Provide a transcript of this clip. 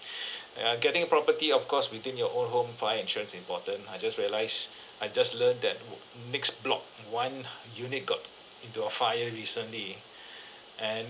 uh getting a property of course within your own home fire insurance's important I just realise I just learned that next block one unit got into a fire recently and